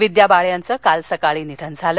विद्या बाळ यांचं काल सकाळी निधन झालं